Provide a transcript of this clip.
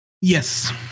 yes